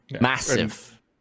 massive